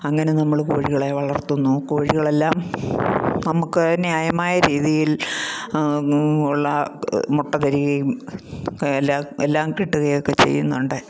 അങ്ങനെ നമ്മൾ കോഴികളെ വളർത്തുന്നു കോഴികളെല്ലാം നമുക്ക് ന്യായമായ രീതിയിൽ ഉള്ള മുട്ട തരികയും എല്ലാം കിട്ടുകയൊക്കെ ചെയ്യുന്നുണ്ട്